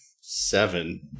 seven